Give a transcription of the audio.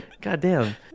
goddamn